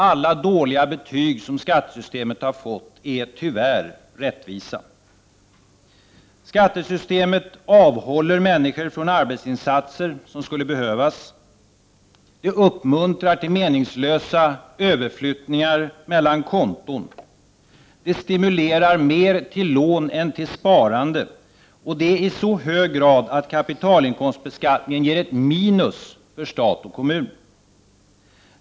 Alla dåliga betyg som skattesystemet har fått är tyvärr rättvisa. Skattesystemet avhåller människor från arbetsinsatser som skulle behövas. Det uppmuntrar till meningslösa överflyttningar av pengar mellan olika konton. Det stimulerar mer till lån än till sparande — och det i så grad att kapitalinkomstbeskattningen ger ett minus för stat och kommun.